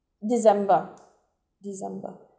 december december